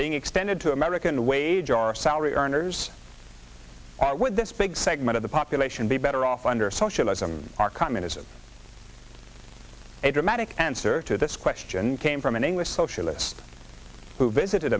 being extended to american wage or salary earners would this big segment of the population be better off under socialism or communism a dramatic answer to this question came from an english socialist who visited